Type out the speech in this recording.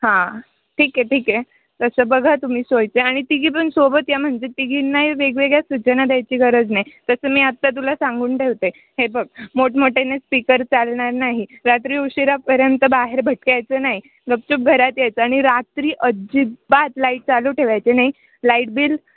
हां ठीक आहे ठीक आहे तसं बघा तुम्ही सोयीचं आणि तिघी पण सोबत या म्हणजे तिघींनाही वेगवेगळ्या सूचना द्यायची गरज नाही तसं मी आत्ता तुला सांगून ठेवते हे बघ मोठमोठ्याने स्पीकर चालणार नाही रात्री उशिरापर्यंत बाहेर भटकायचं नाही गपचूप घरात यायचं आणि रात्री अजिबात लाईट चालू ठेवायचे नाही लाईट बिल